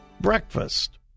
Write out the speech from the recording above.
breakfast